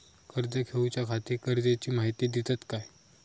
कर्ज घेऊच्याखाती गरजेची माहिती दितात काय?